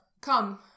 Come